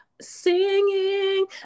singing